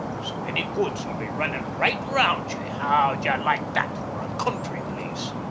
so any goods will be running right round ye. how'll ye like that for a country place?